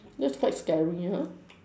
that's quite scary ya